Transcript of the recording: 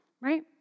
right